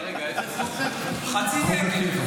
חצי נגב.